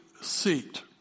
seat